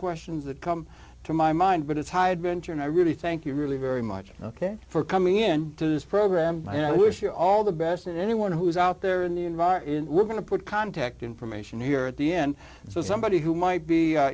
questions that come to my mind but it's high adventure and i really thank you really very much ok for coming in to this program and i wish you all the best and anyone who's out there in the environment we're going to put contact information here at the end so somebody who might be